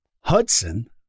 Hudson